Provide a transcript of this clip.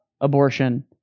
abortion